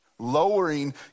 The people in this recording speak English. Lowering